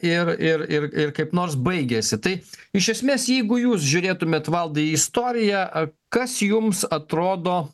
ir ir ir ir kaip nors baigiasi tai iš esmės jeigu jūs žiūrėtumėt valdai į istoriją kas jums atrodo